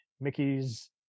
mickey's